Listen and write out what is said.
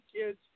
kids